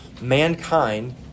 mankind